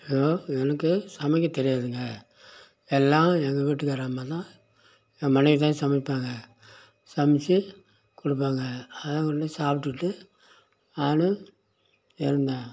hello எனக்கு சமைக்க தெரியாதுங்க எல்லாம் எங்கள் வீட்டுக்கார அம்மாதான் என் மனைவிதான் சமைப்பாங்க சமைத்து கொடுப்பாங்க அதை கொண்டு போய் சாப்பிட்டுட்டு நானும் இருந்தேன்